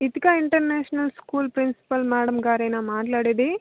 Ithika international school principal madam గారెనా మాట్లాడేది